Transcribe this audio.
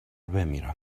بمیرم